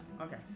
Okay